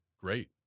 great